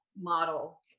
model